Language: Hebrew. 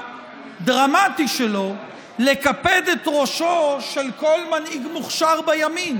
הדרמטי שלו לקפד את ראשו של כל מנהיג מוכשר בימין.